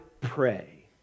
pray